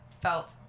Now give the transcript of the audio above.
felt